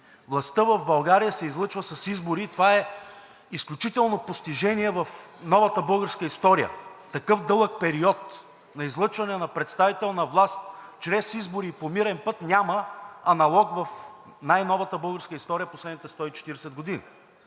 властта в България се излъчва с избори и това е изключително постижение в новата българска история. Такъв дълъг период на излъчване на представителна власт чрез избори и по мирен път няма аналог в най-новата българска история в последните 140 години